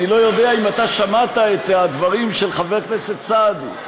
אני לא יודע אם אתה שמעת את הדברים של חבר הכנסת סעדי.